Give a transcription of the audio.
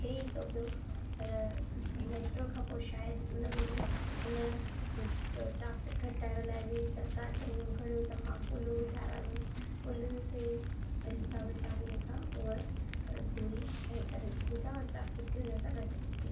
थे ई तो पियो पर मेट्रो खां पोइ शायदि उन में बि उन ट्राफिक हटाइण लाइ बि सरकारु चङो घणो तमामु पुलू बि ठाहिरायो इन पुलीनि जे हिसाब सां बि उहा दूरी तय करे सघू था ट्राफिक बि हिन सां घटि ती थिए